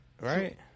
Right